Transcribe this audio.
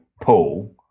Paul